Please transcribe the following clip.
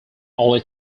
only